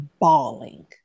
bawling